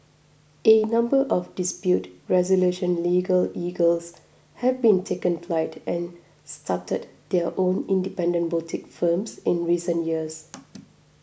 a number of dispute resolution legal eagles have taken flight and started their own independent boutique firms in recent years